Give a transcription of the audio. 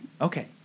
okay